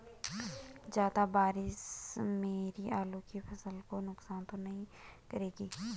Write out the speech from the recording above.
ज़्यादा बारिश मेरी आलू की फसल को नुकसान तो नहीं करेगी?